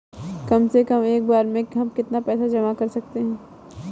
कम से कम एक बार में हम कितना पैसा जमा कर सकते हैं?